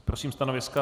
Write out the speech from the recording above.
Prosím stanoviska.